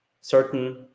certain